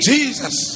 Jesus